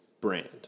brand